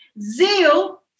Zeal